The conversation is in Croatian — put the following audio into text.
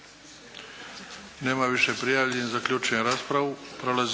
Nema više prijavljenih. Zaključujem raspravu.